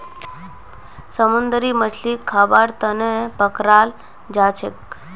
समुंदरी मछलीक खाबार तनौ पकड़ाल जाछेक